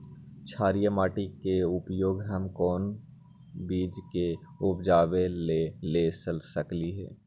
क्षारिये माटी के उपयोग हम कोन बीज के उपजाबे के लेल कर सकली ह?